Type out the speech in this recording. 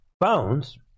phones